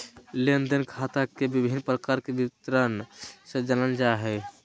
लेन देन खाता के विभिन्न प्रकार के विवरण से जानल जाय हइ